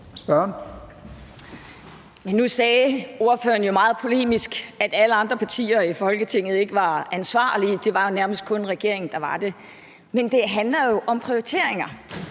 Nu sagde ordføreren jo meget polemisk, at alle andre partier i Folketinget ikke var ansvarlige; det var jo nærmest kun regeringen, der var det. Men det handler jo om prioriteringer.